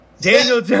Daniel